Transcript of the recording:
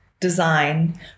design